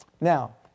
Now